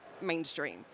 mainstream